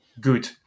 good